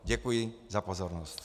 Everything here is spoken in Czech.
Děkuji za pozornost.